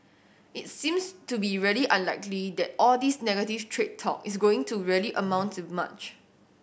it seems to be really unlikely that all this negative trade talk is going to really amount to much